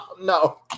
no